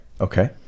Okay